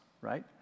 right